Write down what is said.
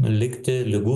likti ligų